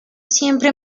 siempre